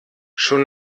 schon